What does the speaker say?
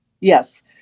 Yes